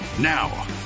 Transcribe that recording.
Now